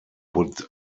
would